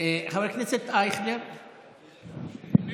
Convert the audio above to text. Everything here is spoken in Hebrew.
יש מישהו,